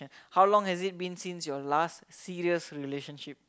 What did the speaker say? how long has it been since your last serious relationship